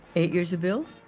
eight years of bill,